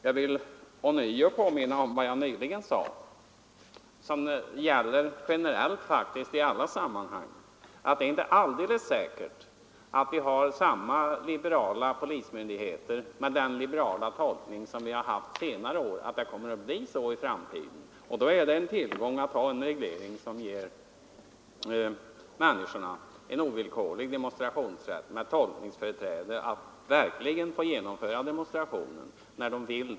Jag vill ånyo påminna om vad jag sade och som gäller generellt i alla sammanhang: det är inte alldeles säkert att vi i framtiden har polismyndigheter med samma liberala tolkning som vi har haft under senare år. I ett sådant läge är det en tillgång att ha en reglering som ger människorna ovillkorlig demonstrationsrätt, så att de verkligen kan genomföra demonstrationer när de vill.